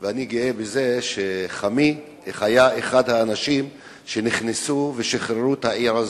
ואני גאה בזה שחמי היה אחד האנשים שנכנסו ושחררו את העיר הזאת,